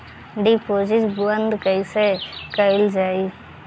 Deposit बंद कैसे कैल जाइ?